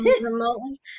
remotely